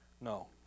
No